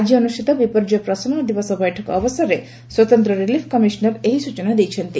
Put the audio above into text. ଆଜି ଅନୁଷ୍ଠିତ ବିପର୍ଯ୍ୟୟ ପ୍ରଶମନ ଦିବସ ବୈଠକ ଅବସରେ ସ୍ୱତନ୍ତ ରିଲିଫ କମିଶନର ଏହି ସ୍ଚନା ଦେଇଛନ୍ତି